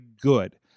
good